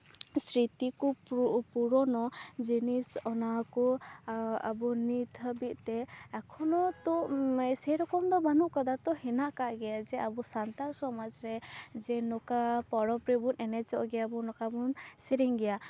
ᱥᱨᱤᱛᱤ ᱠᱚ ᱯᱩᱨᱳᱱᱳ ᱡᱤᱱᱤᱥ ᱚᱱᱟ ᱠᱚ ᱟ ᱟᱵᱚ ᱱᱤᱛ ᱦᱟᱹᱵᱤᱡ ᱛᱮ ᱮᱠᱷᱳᱱᱳ ᱛᱚ ᱥᱮᱨᱚᱠᱚᱢ ᱫᱚ ᱵᱟᱹᱱᱩᱜ ᱠᱟᱫᱟ ᱛᱚ ᱦᱮᱱᱟᱜ ᱠᱟᱜ ᱜᱮᱭᱟ ᱡᱮ ᱟᱵᱚ ᱥᱟᱱᱛᱟᱞ ᱥᱚᱢᱟᱡᱽ ᱨᱮ ᱡᱮ ᱱᱚᱝᱠᱟ ᱯᱚᱨᱚᱵᱽ ᱨᱮᱵᱚᱱ ᱮᱱᱮᱡᱚᱜ ᱜᱮᱭᱟ ᱵᱚᱱ ᱡᱮ ᱱᱚᱝᱠᱟ ᱵᱚᱱ ᱥᱮᱨᱮᱧ ᱜᱮᱭᱟ